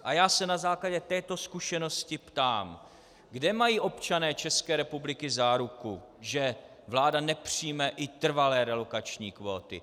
A já se na základě této zkušenosti ptám: Kde mají občané České republiky záruku, že vláda nepřijme i trvalé relokační kvóty?